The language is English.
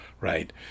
right